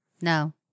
No